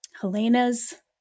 helena's